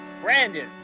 brandon